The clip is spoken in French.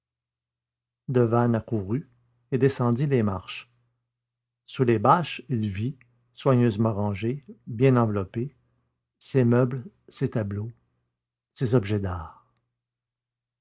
devanne accourut et descendit les marches sous les bâches il vit soigneusement rangés bien enveloppés ses meubles ses tableaux ses objets d'art